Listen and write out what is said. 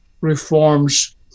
reforms